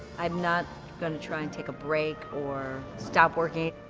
i'm not going to try and take a break or stop working.